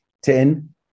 Ten